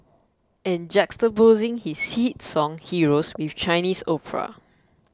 and juxtaposing his hit song Heroes with Chinese opera